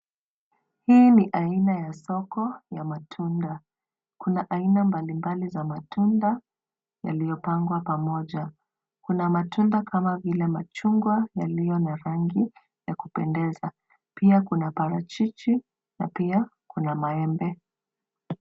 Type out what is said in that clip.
Hii ni aina ya soko ya matunda , kuna aina mbalimbali za matunda yaliyopangwa pamoja. Kuna matunda kama vile machungwa yaliyo na rangi ya kupendeza pia kuna parachichi na pia maembe.